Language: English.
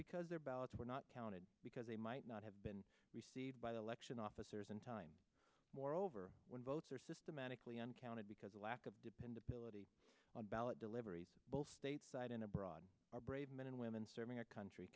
because their ballots were not counted because they might not have been received by the election officers in time moreover when votes are systematically and counted because of lack of dependability on ballot delivery both stateside and abroad our brave men and women serving our country